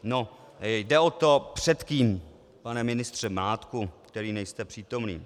No jde o to, před kým, pane ministře Mládku, který nejste přítomný.